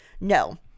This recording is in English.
no